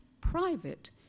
private